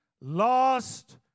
lost